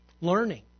learning